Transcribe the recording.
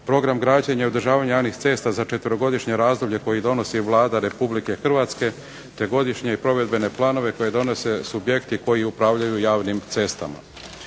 program građenja i održavanja javnih cesta za četverogodišnje razdoblje koje donosi Vlada Republike Hrvatske te godišnje provedbene planove koje donose subjekti koji upravljaju javnim cestama.